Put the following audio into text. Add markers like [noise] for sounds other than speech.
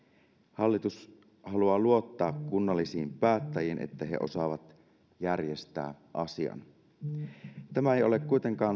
hallitus haluaa luottaa kunnallisiin päättäjiin että he osaavat järjestää asian tämä ei ole kuitenkaan [unintelligible]